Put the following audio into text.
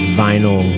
vinyl